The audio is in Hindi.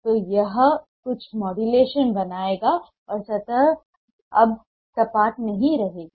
तो यह कुछ मॉड्यूलेशन बनाएगा और सतह अब सपाट नहीं रहेगी